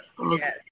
Yes